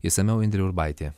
išsamiau indrė urbaitė